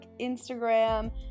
Instagram